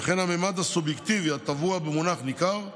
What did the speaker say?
וכן הממד הסובייקטיבי הטבוע במונח "ניכר",